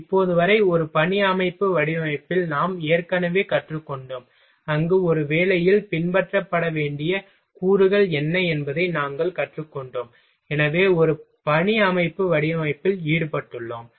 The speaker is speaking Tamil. இப்போது வரை ஒரு பணி அமைப்பு வடிவமைப்பில் நாம் ஏற்கனவே கற்றுக் கொண்டோம் அங்கு ஒரு வேலையில் பின்பற்ற வேண்டிய கூறுகள் என்ன என்பதை நாங்கள் கற்றுக்கொண்டோம் எனவே ஒரு பணி அமைப்பு வடிவமைப்பில் ஈடுபட்டுள்ளோம்